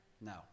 No